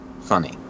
funny